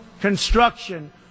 construction